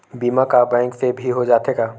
बीमा का बैंक से भी हो जाथे का?